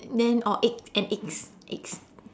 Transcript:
then or egg and eggs eggs